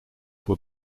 were